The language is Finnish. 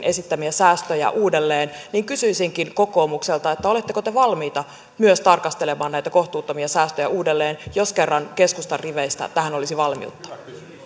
esittämiä säästöjä uudelleen niin kysyisinkin kokoomukselta oletteko myös te valmiita tarkastelemaan näitä kohtuuttomia säästöjä uudelleen jos kerran keskustan riveistä tähän olisi valmiutta